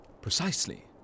Precisely